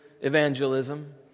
evangelism